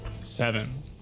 seven